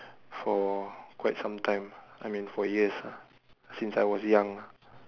for quite some time I mean for years lah since I was young